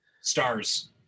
stars